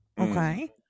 Okay